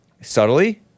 Subtly